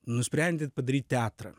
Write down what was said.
nusprendė padaryt teatrą